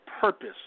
Purpose